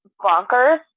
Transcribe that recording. bonkers